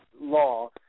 law